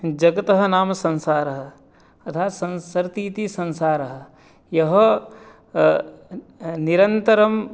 जगतः नाम संसारः अतः संसरति इति संसारः यः निरन्तरम्